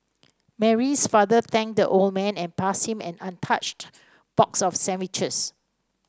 Mary's father thanked the old man and passed him an untouched box of sandwiches